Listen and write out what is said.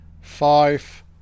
five